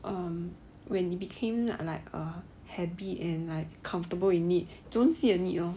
um when it became like a habit and like comfortable need you don't see a need now